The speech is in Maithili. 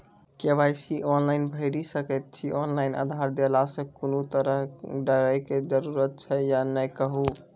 के.वाई.सी ऑनलाइन भैरि सकैत छी, ऑनलाइन आधार देलासॅ कुनू तरहक डरैक जरूरत छै या नै कहू?